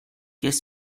qu’est